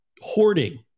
Hoarding